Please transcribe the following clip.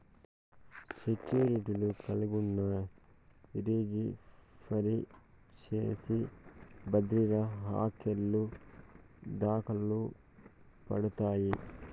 సెక్యూర్టీలు కలిగున్నా, రిజీ ఫరీ చేసి బద్రిర హర్కెలు దకలుపడతాయి